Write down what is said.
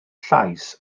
llais